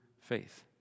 faith